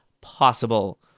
possible